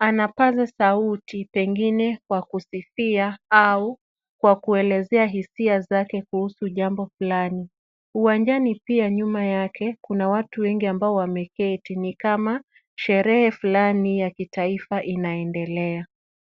anapaza sauti pengine kwa kusifia au kwa kuelezea hisia zake kuhusu jambo fulani. Uwanjani pia nyuma yake kuna watu wengi ambao wameketi ni kama sherehe fulani ya kitaifa inaendelea.